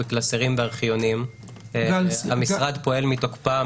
בקלסרים בארכיונים והמשרד פועל מתוקפם.